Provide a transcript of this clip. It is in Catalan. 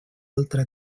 altra